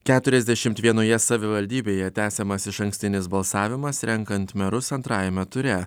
keturiasdešim vienoje savivaldybėje tęsiamas išankstinis balsavimas renkant merus antrajame ture